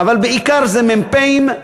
אבל בעיקר זה מ"פים,